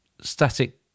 static